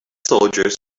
soldiers